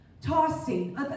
tossing